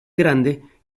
grande